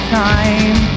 time